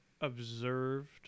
observed